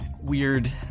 weird